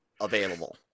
available